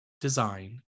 Design